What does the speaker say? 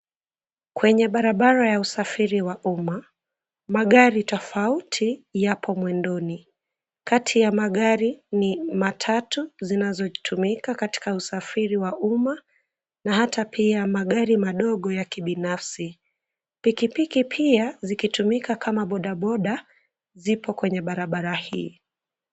Kwenye barabara ya usafiri wa umma, magari tofauti yapo mwendoni. Kati ya magari, ni matatu zinazotumika katika usafiri wa umma na hata pia magari madogo ya kibinafsi. Pikipiki pia zikitumika kama bodaboda, zipo kwenye barabara hii.